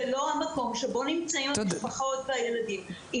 ולא המקום שבו נמצאים המשפחות והילדים.